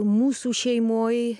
mūsų šeimoj